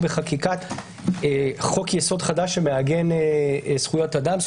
בחקיקת חוק יסוד חדש שמעגן זכויות אדם,